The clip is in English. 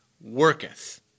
worketh